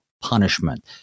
punishment